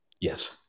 Yes